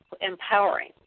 empowering